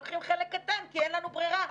לוקחים חלק קטן כי אין לנו ברירה,